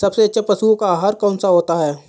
सबसे अच्छा पशुओं का आहार कौन सा होता है?